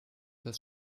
das